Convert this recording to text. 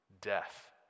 death